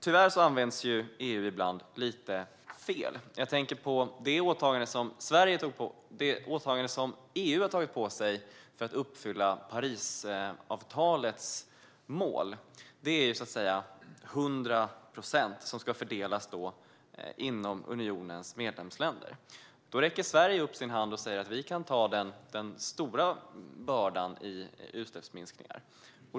Tyvärr används EU ibland lite fel. Jag tänker på det åtagande som EU har tagit på sig för att uppfylla Parisavtalets mål. Det utgörs av 100 procent som ska fördelas bland unionens medlemsländer. Då räcker Sverige upp sin hand och säger: Vi kan ta den stora bördan i utsläppsminskningar.